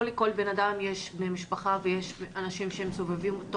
לא לכל אדם יש בני משפחה ואנשים שסובבים אותו